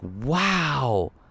wow